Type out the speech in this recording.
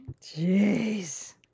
Jeez